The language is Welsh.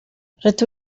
rydw